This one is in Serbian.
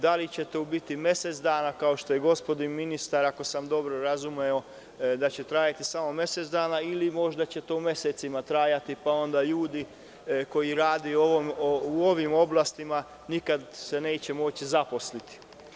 Da li će to biti mesec dana, kao što je rekao gospodin ministar, ako sam dobro razumeo, ili možda će to mesecima trajati, pa onda ljudi koji rade u ovim oblastima nikada se neće moći zaposliti?